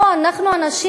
או: אנחנו הנשים,